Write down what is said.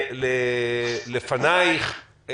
לפנייך,